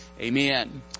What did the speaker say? Amen